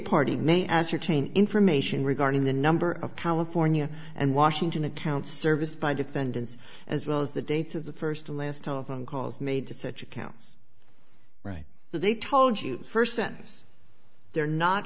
ascertain information regarding the number of california and washington accounts serviced by defendants as well as the dates of the first and last telephone calls made to such accounts right so they told you first sentance they're not